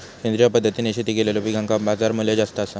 सेंद्रिय पद्धतीने शेती केलेलो पिकांका बाजारमूल्य जास्त आसा